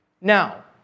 Now